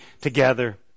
together